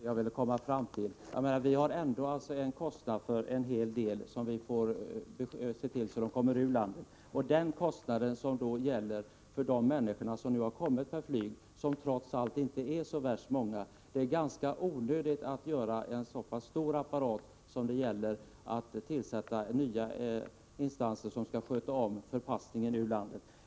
Herr talman! Det var precis det jag ville komma fram till. Vi får ändå kostnader för en hel del människor, när vi skall se till att de kommer ur landet. Med tanke på att det är en liten del av kostnaderna som avser de människor som kommit per flyg — som trots allt inte är så värst många — är det ganska onödigt med en så stor apparat som det är att tillsätta nya instanser som skall sköta om förpassningen.